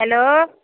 hello